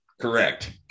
Correct